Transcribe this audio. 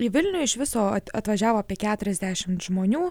į vilnių iš viso atvažiavo apie keturiasdešimt žmonių